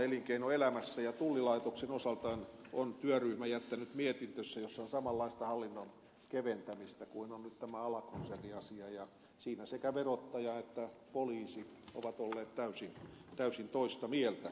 tullilaitoksen osalta on työryhmä jättänyt mietintönsä jossa on samanlaista hallinnon keventämistä kuin on nyt tämä alakonserniasia ja siinä sekä verottaja että poliisi ovat olleet täysin toista mieltä